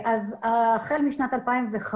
החל משנת 2015